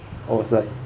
or was like